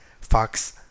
Fox